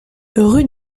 rue